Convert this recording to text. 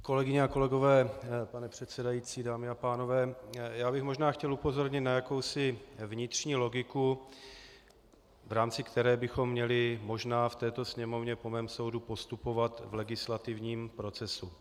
Kolegyně a kolegové, pane předsedající, dámy a pánové, já bych možná chtěl upozornit na jakousi vnitřní logiku, v rámci které bychom měli možná v této Sněmovně po mém soudu postupovat v legislativním procesu.